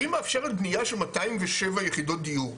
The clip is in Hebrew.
והיא מאפשרת בנייה של 207 יחידות דיור.